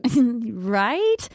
right